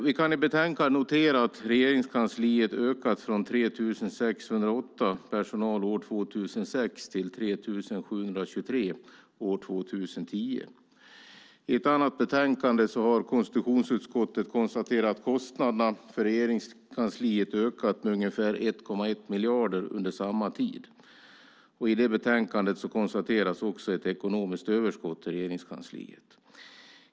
Vi kan notera att Regeringskansliet har ökat från 3 608 personer år 2006 till 3 723 år 2010. I ett annat betänkande har konstitutionsutskottet konstaterat att kostnaderna för Regeringskansliet ökat med ungefär 1,1 miljard under samma tid. I det betänkandet konstateras också ett ekonomiskt överskott i Regeringskansliet.